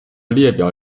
列表